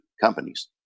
companies